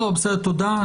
תודה.